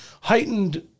heightened